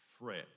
fret